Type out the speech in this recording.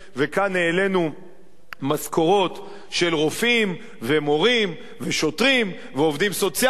וכאן העלינו משכורות של רופאים ומורים ושוטרים ועובדים סוציאליים.